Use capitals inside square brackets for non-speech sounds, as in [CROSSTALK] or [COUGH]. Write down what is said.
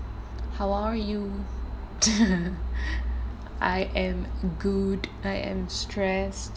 how are you [LAUGHS] I am good I am stressed